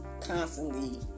constantly